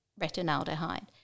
retinaldehyde